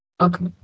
Okay